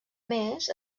més